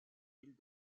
villes